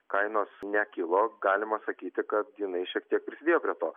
kainos nekilo galima sakyti kad jinai šiek tiek prisidėjo prie to